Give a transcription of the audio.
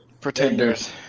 Pretenders